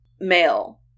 male